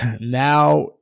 now